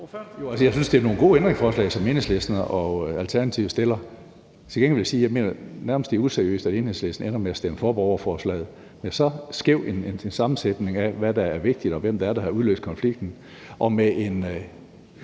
Jeg synes, det er nogle gode ændringsforslag, som Enhedslisten og Alternativet stiller. Til gengæld vil jeg sige, at jeg mener, det er nærmest useriøst, at Enhedslisten ender med at stemme for borgerforslaget med så skæv en sammensætning af, hvad der er vigtigt, og hvem det er, der har udløst konflikten.